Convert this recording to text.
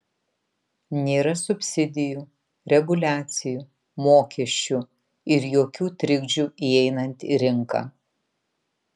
nėra subsidijų reguliacijų mokesčių ir jokių trikdžių įeinant į rinką